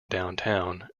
downtown